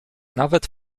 nawet